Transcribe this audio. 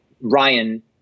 Ryan –